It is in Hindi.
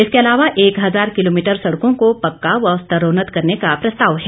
इसके अलावा एक हजार किलोमीटर सड़कों को पक्का व स्तरोन्नत करने का प्रस्ताव है